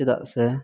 ᱪᱮᱫᱟᱜ ᱥᱮ